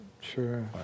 Sure